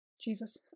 jesus